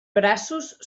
braços